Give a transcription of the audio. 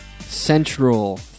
central